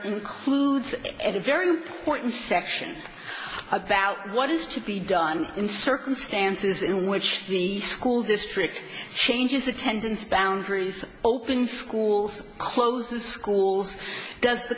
includes it is very important section about what is to be done in circumstances in which the school district changes attendance boundaries open schools closed schools does the